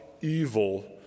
evil